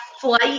flight